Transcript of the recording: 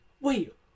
wait